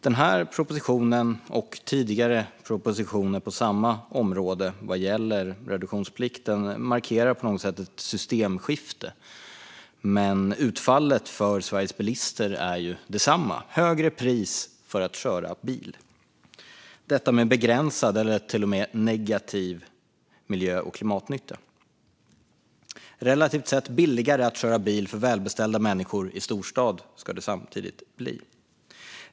Denna proposition och tidigare propositioner på området reduktionsplikt markerar på något sätt ett systemskifte, men utfallet för Sveriges bilister blir detsamma: ett högre pris för att köra bil, och detta dessutom till begränsad - eller till och med negativ - miljö och klimatnytta. Samtidigt ska det bli relativt sett billigare för välbeställda människor i storstad att köra bil.